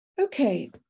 Okay